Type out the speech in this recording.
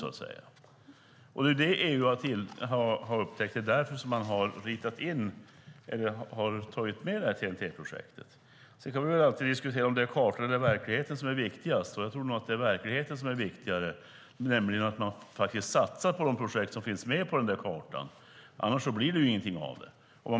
EU har upptäckt det, och det är därför som man har tagit med detta TEN-T-projekt. Sedan kan vi alltid diskutera om det är kartan eller verkligheten som är viktigast. Jag tror nog att det är verkligheten som är viktigare, nämligen att man satsar på de projekt som finns med på kartan - annars blir det ingenting av det.